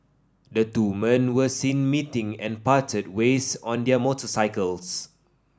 the two men were seen meeting and parted ways on their motorcycles